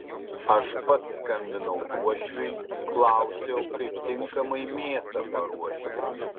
aš pats skambinau uošviui klausiau kaip tinkamai mėsą paruošti